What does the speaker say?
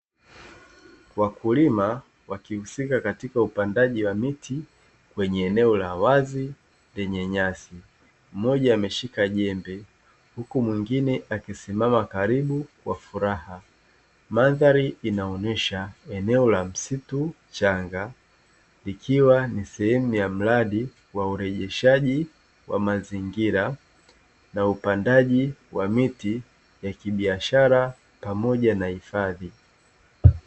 Wakulima wakihusika katika upandaji wa miti, kwenye eneo la wazi lenye nyasi. Mmoja ameshika jembe, huku mwingine akisimama karibu kwa furaha. Mandhari inaonyesha eneo la msitu mchanga, likiwa ni sehemu ya mradi wa urejeshaji wa mazingira na upandaji wa miti ya kibiashara, pamoja na hifadhi.